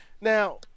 Now